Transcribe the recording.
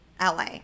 LA